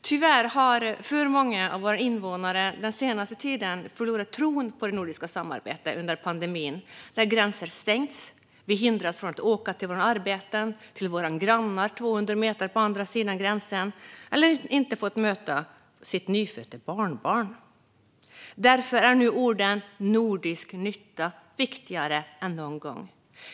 Tyvärr har alltför många av våra invånare den senaste tiden förlorat tron på det nordiska samarbetet under pandemin, när gränser stängts och vi hindrats från att åka till våra arbeten eller till våra grannar 200 meter från gränsen på andra sidan eller från att möta vårt nyfödda barnbarn. Därför är nu orden "nordisk nytta" viktigare än någonsin.